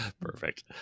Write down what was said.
perfect